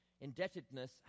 indebtedness